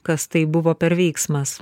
kas tai buvo per veiksmas